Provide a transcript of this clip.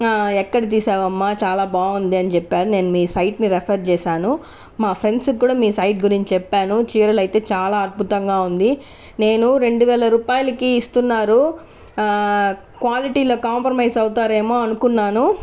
ఎక్కడ తీసావు అమ్మ చాలా బాగుంది అని చెప్పారు నేను మీ సైట్ని రెఫర్ చేశాను మా ఫ్రెండ్స్కి కూడా మీ సైట్ గురించి చెప్పాను చీరలైతే చాలా అద్భుతంగా ఉంది నేను రెండు వేల రూపాయలకి ఇస్తున్నారు క్వాలిటీలో కాంప్రమైస్ అవుతారేమో అనుకున్నాను